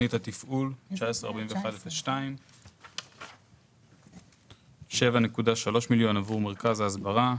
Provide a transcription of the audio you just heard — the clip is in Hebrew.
תוכנית התפעול 19-41-02. 7.3 מיליון עבור מרכז ההסברה.